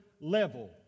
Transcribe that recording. level